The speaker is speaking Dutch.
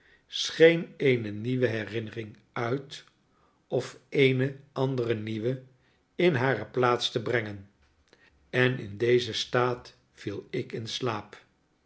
scheen eene nieuwe herinnering uit of eene andere nieuwe in hare plaats te brengen en in dezen staat viel ik in slaap